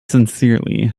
sincerely